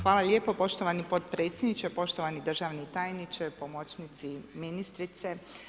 Hvala lijepo poštovani potpredsjedniče, poštovani državni tajniče, pomoćnici ministrice.